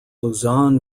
luzon